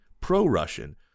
pro-Russian